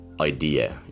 idea